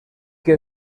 que